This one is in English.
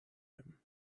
him